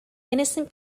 innocent